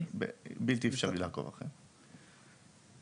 בלתי אפשרי לעקוב אחריהם.